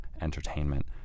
entertainment